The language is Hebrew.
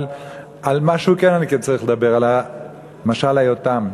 אבל על משהו אני כן צריך לדבר, על משל יותם.